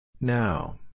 Now